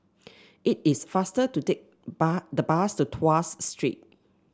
it is faster to take bu the bus to Tuas Street